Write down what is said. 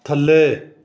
ਥੱਲੇ